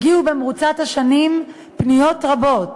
הגיעו במרוצת השנים פניות רבות,